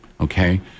Okay